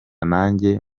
nanjye